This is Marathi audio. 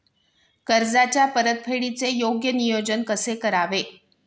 कर्जाच्या परतफेडीचे योग्य नियोजन कसे करावे?